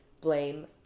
blame